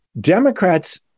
Democrats